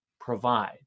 provide